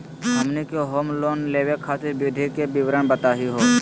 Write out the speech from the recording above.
हमनी के home loan लेवे खातीर विधि के विवरण बताही हो?